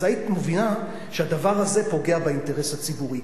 אז היית מבינה שהדבר הזה פוגע באינטרס הציבורי,